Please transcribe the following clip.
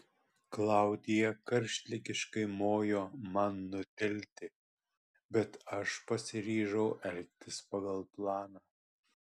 klaudija karštligiškai mojo man nutilti bet aš pasiryžau elgtis pagal planą